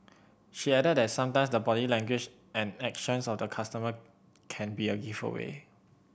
she added that sometime the body language and actions of the customer can be a giveaway